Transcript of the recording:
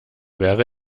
wäre